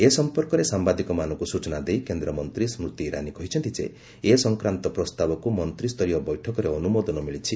ଏ ସମ୍ପର୍କରେ ସାମ୍ବାଦିକମାନଙ୍କୁ ସୂଚନା ଦେଇ କେନ୍ଦ୍ରମନ୍ତ୍ରୀ ସ୍କତି ଇରାନୀ କହିଛନ୍ତି ଯେ ଏ ସଂକ୍ରାନ୍ତ ପ୍ରସ୍ତାବକୁ ମନ୍ତ୍ରୀ ସ୍ତରୀୟ ବୈଠକରେ ଅନୁମୋଦନ ମିଳିଛି